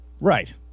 Right